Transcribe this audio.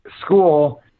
school